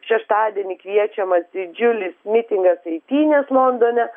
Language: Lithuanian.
šeštadienį kviečiamas didžiulis mitingas eitynės londone